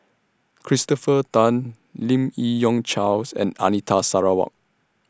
Christopher Tan Lim Yi Yong Charles and Anita Sarawak